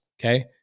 okay